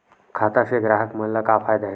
खाता से ग्राहक मन ला का फ़ायदा हे?